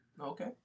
Okay